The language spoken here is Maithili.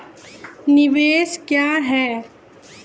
निवेश क्या है?